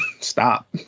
stop